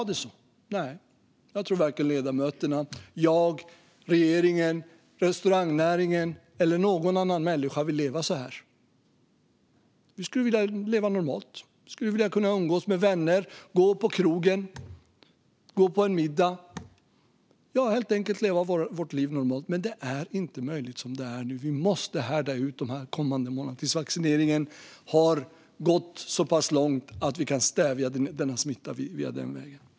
Nej, jag tror att varken ledamöterna, jag, regeringen, restaurangnäringen eller någon annan vill leva så här. Vi skulle vilja leva normalt. Vi skulle vilja kunna umgås med vänner, gå på krogen, gå på en middag - ja, helt enkelt leva vårt liv normalt, men det är inte möjligt som det är nu. Vi måste härda ut de kommande månaderna tills vaccineringen har gått så pass långt att vi kan stävja denna smitta den vägen.